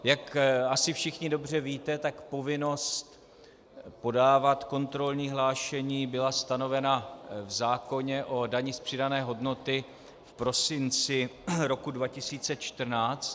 Jak asi všichni dobře víte, tak povinnost podávat kontrolní hlášení byla stanovena v zákoně o dani z přidané hodnoty v prosinci roku 2014.